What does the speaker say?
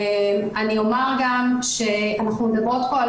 אני אומר גם שאנחנו מדברים פה על